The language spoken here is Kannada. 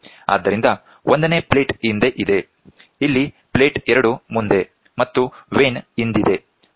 ಆದ್ದರಿಂದ 1ನೇ ಪ್ಲೇಟ್ ಹಿಂದೆ ಇದೆ ಇಲ್ಲಿ ಪ್ಲೇಟ್ 2 ಮುಂದೆ ಮತ್ತು ವೇನ್ ಹಿಂದಿದೆ ಓಕೆ